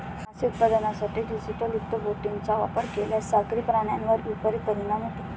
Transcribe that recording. मासे उत्पादनासाठी डिझेलयुक्त बोटींचा वापर केल्यास सागरी प्राण्यांवर विपरीत परिणाम होतो